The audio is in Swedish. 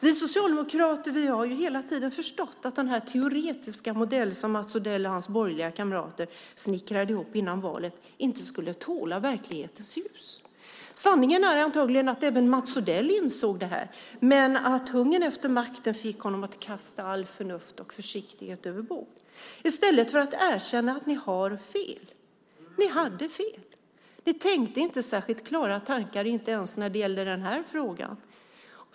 Vi socialdemokrater har hela tiden förstått att den teoretiska modell som Mats Odell och hans borgerliga kamrater snickrade ihop före valet inte skulle tåla verklighetens ljus. Sanningen är antagligen att även Mats Odell insåg det men att hungern efter makten fick honom att kasta allt förnuft och all försiktighet överbord i stället för att erkänna att ni hade fel. Ni tänkte inte särskilt klara tankar ens när det gäller den här frågan.